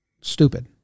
Stupid